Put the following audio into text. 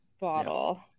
bottle